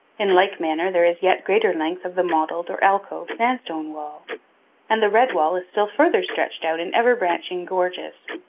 in like manner, there is yet greater length of the mottled, or alcove, sandstone wall and the red wall is still farther stretched out in ever branching gorges.